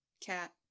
cat